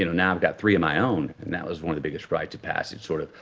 you know now i've got three of my own, and that was one of the biggest rites of passage. sort of,